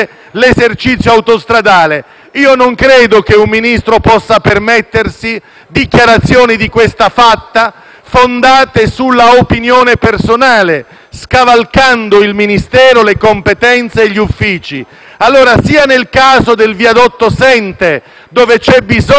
Non credo che un Ministro possa permettersi dichiarazioni di questa fatta, fondate sull'opinione personale, scavalcando il Ministero, le competenze e gli uffici. Sia nel caso del viadotto Sente, dove c'è bisogno di un intervento del Ministero